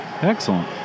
excellent